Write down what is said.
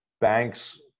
banks